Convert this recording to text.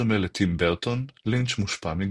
בדומה לטים ברטון, לינץ' מושפע מגותיקה.